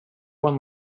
one